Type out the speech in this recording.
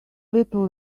little